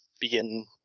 begin